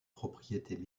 propriétés